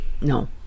No